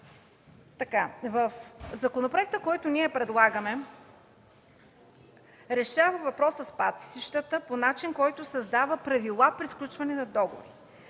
помощ. Законопроектът, който предлагаме, решава въпроса с пасищата по начин, който създава правила при сключване на договора.